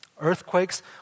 Earthquakes